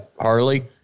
Harley